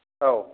औ